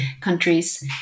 countries